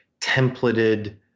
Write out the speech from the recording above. templated